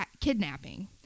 kidnapping